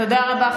תודה רבה.